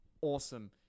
awesome